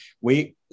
we-